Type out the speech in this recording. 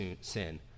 sin